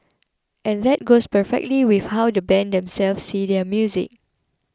and that goes perfectly with how the band themselves see their music